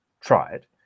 tried